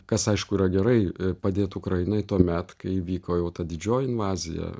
kas aišku yra gerai padėt ukrainai tuomet kai vyko jau ta didžioji invazija